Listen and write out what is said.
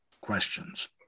questions